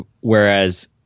Whereas